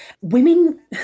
women